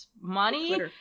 money